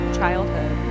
childhood